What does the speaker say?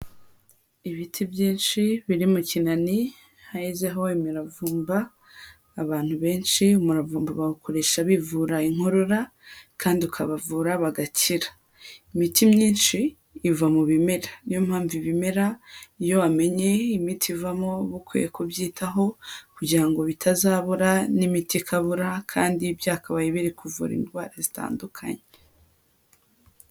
Ibiti byinshi biri mu kinani hezeho imiravumba abantu benshi umuravumba bawukoresha bivura inkorora kandi ukabavura bagakira, imiti myinshi iva mu bimera niyo mpamvu ibimera iyo wamenye imiti ivamo uba ukwiye kubyitaho kugira bitazabura n'imiti ikabura kandi byakabaye biri kuvura indwara zitandukanye.